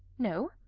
no.